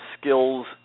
skills